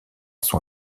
son